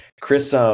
Chris